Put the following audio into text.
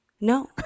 No